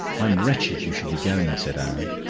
i am wretched you should be going, said anne.